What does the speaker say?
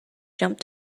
jump